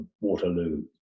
Waterloo